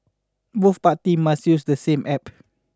both parties must use the same App